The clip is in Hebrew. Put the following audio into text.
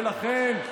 ולכן,